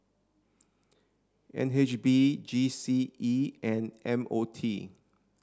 N H B G C E and M O T